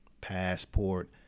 passport